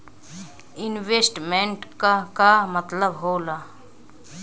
Investment क का मतलब हो ला?